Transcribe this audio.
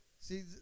See